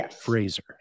Fraser